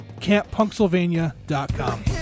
CampPunkSylvania.com